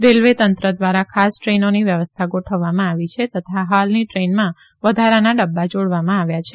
railway તંત્ર ધ્વારા ખાસ ટ્રેનોની વ્યવસ્થા ગોઠવવામાં આવી છે તથા હાલની દ્રેનમાં વધારાના ડબ્બા જાડવામાં આવ્યા છે